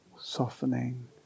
softening